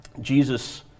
Jesus